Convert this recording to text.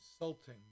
insulting